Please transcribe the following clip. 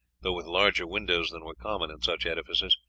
though with larger windows than were common in such edifices.